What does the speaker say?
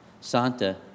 Santa